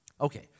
okay